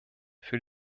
für